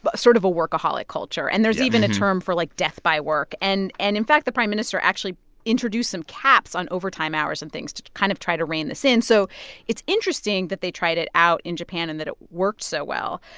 but sort of a workaholic culture yes and there's even a term for, like, death by work. and, in fact, the prime minister actually introduced some caps on overtime hours and things to kind of try to rein this in. so it's interesting that they tried it out in japan and that it worked so well.